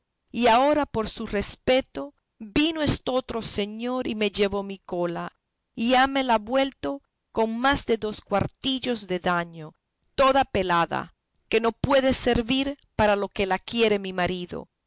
y ahora por su respeto vino estotro señor y me llevó mi cola y hámela vuelto con más de dos cuartillos de daño toda pelada que no puede servir para lo que la quiere mi marido